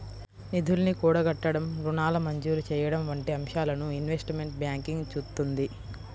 నిధుల్ని కూడగట్టడం, రుణాల మంజూరు చెయ్యడం వంటి అంశాలను ఇన్వెస్ట్మెంట్ బ్యాంకింగ్ చూత్తుంది